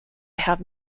have